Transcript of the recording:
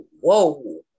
whoa